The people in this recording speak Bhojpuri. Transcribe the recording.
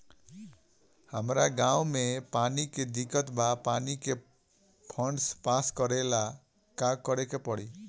हमरा गॉव मे पानी के दिक्कत बा पानी के फोन्ड पास करेला का करे के पड़ी?